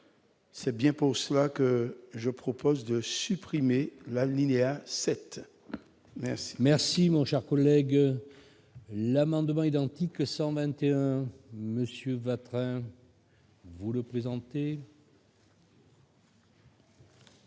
C'est bien pour cela que je propose de supprimer l'alinéa cette merci. Merci mon cher collègue, l'amendement identique 121 monsieur Vatrin. Vous le présenter.